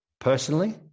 personally